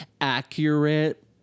accurate